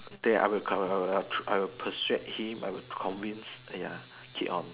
that I'll I'll persuade him I'll convince ya keep on